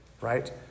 Right